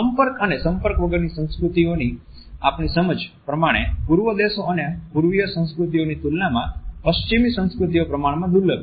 સંપર્ક અને સંપર્ક વગરની સંસ્કૃતિઓની આપણી સમજ પ્રમાણે પૂર્વી દેશો અને પૂર્વીય સંસ્કૃતિઓની તુલનામાં પશ્ચિમી સંસ્કૃતિઓ પ્રમાણમાં દુર્લભ છે